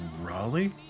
Raleigh